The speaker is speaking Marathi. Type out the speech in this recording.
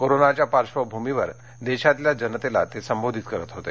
कोरोनाच्या पार्श्वभूमीवर देशातल्या जनतेला ते संबोधित करत होते